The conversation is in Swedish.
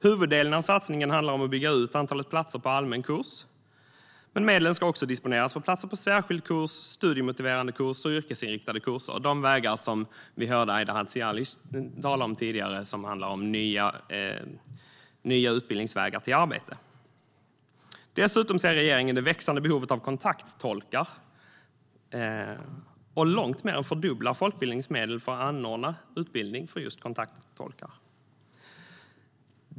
Huvuddelen av satsningen handlar om att bygga ut antalet platser på allmän kurs, men medlen ska också disponeras för platser på särskild kurs, studiemotiverande och yrkesinriktade kurser, det vill säga de nya utbildningsvägar till arbete som Aida Hadzialic talade om tidigare. Dessutom ser regeringen det växande behovet av kontakttolkar. Man långt mer än fördubblar folkbildningens medel för att anordna utbildning av just kontakttolkar.